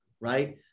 right